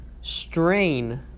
strain